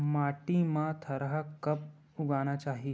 माटी मा थरहा कब उगाना चाहिए?